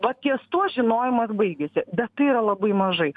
va ties tuo žinojimas baigiasi bet tai yra labai mažai